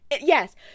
Yes